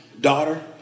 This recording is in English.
daughter